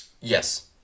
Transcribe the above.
Yes